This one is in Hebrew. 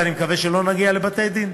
ואני מקווה שלא נגיע לבתי-דין,